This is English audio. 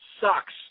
Sucks